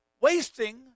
wasting